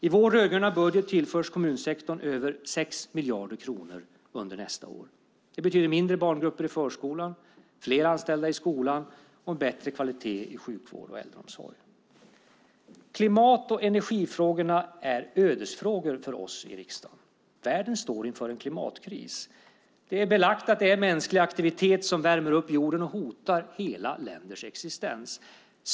I vår rödgröna budget tillförs kommunsektorn över 6 miljarder kronor under nästa år. Det betyder mindre barngrupper i förskolan, fler anställda i skolan och bättre kvalitet i sjukvård och äldreomsorg. Klimat och energifrågorna är ödesfrågor för oss i riksdagen. Världen står inför en klimatkris. Det är belagt att det är mänsklig aktivitet som värmer upp jorden och hotar hela länders existens.